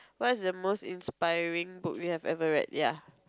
what's the most inspiring book you have ever read ya